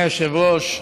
אדוני היושב-ראש,